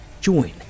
Join